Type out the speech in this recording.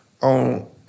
on